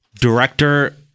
director